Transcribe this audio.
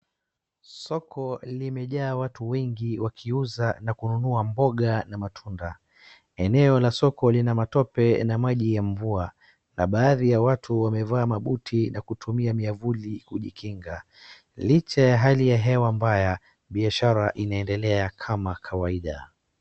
Soko limejaa watu wengi wakiuza na kunua mboga na matunda. Eneo la soko lina matope na maji ya mvua na baadhi ya watu wamevaa mabuti na kutumia miavuli kujikinga. Licha ya hali ya hewa mbaya biashara inaendelea kama kawaida.